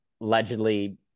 allegedly